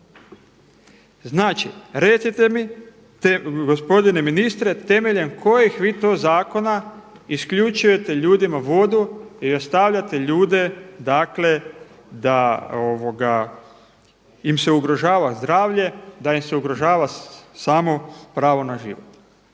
Znači, recite mi gospodine ministre temeljem kojih vi to zakona isključujete ljudima vodu i ostavljate ljude, dakle da im se ugrožava zdravlje, da im se ugrožava samo pravo na život.